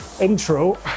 intro